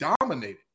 dominated